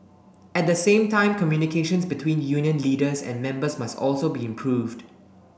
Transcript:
at the same time communications between union leaders and members must also be improved